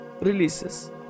releases